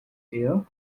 ill